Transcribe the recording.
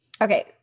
Okay